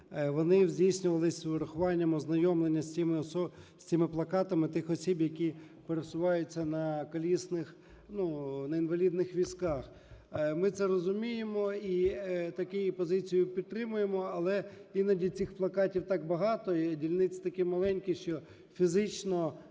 вони здійснювались з врахуванням ознайомлення з цими плакатами тих осіб, які пересуваються на колісних, ну, на інвалідних візках. Ми це розуміємо і таку позицію підтримуємо. Але іноді цих плакатів так багато і дільниці такі маленькі, що фізично